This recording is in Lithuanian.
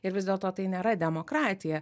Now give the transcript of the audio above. ir vis dėlto tai nėra demokratija